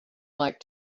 like